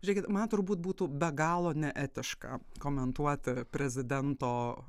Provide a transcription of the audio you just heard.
žiūrėkit man turbūt būtų be galo neetiška komentuoti prezidento